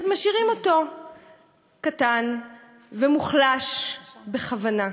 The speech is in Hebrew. אז משאירים אותו קטן ומוחלש בכוונה.